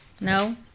No